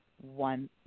one